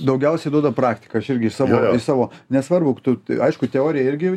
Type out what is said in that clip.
daugiausiai duoda praktika aš irgi iš savo iš savo nesvarbu tu aišku teorija irgi